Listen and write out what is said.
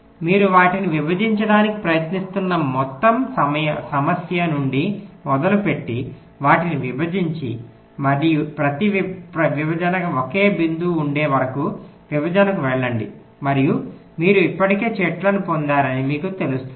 మీరు వాటిని విభజించడానికి ప్రయత్నిస్తున్న మొత్తం సమస్య నుండి మొదలుపెట్టి వాటిని విభజించి ప్రతి విభజన ఒకే బిందువు ఉండే వరకు విభజనకు వెళ్లండి మరియు మీరు ఇప్పటికే చెట్టును పొందారని మీకు తెలుస్తుంది